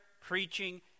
preaching